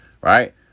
right